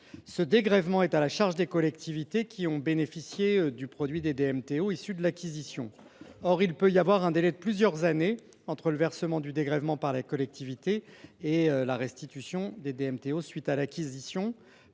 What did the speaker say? ce dégrèvement est à la charge des collectivités territoriales qui ont bénéficié du produit des DMTO issus de l’acquisition. Or il peut y avoir un délai de plusieurs années entre le versement du dégrèvement par les collectivités et la restitution des DMTO à la suite de l’acquisition.